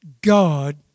God